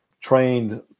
trained